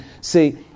See